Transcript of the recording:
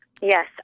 Yes